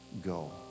go